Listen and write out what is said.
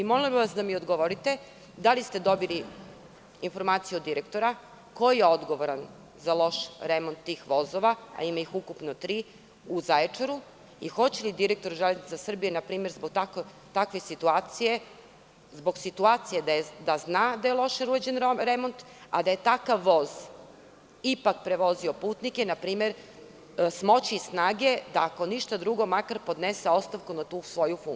Molila bih vas da mi odgovorite da li ste dobili informaciju od direktora, ko je odgovoran za loš remont tih vozova, a ima ih ukupno tri u Zaječaru, i hoće li direktor „Železnica Srbije“ npr, zbog takve situacije, zbog situacije da je loše urađen remont, a da je takav voz ipak prevozio putnike npr, smoći snage, da ako ništa drugo makar podnese ostavku na tu svoju funkciju?